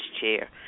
chair